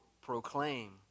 proclaim